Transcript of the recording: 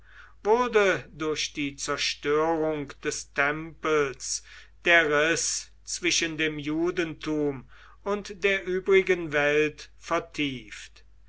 wurde durch die zerstörung des tempels der riß zwischen dem judentum und der übrigen welt vertieft